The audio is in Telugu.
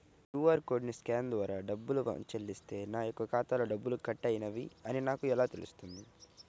క్యూ.అర్ కోడ్ని స్కాన్ ద్వారా డబ్బులు చెల్లిస్తే నా యొక్క ఖాతాలో డబ్బులు కట్ అయినవి అని నాకు ఎలా తెలుస్తుంది?